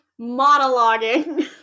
monologuing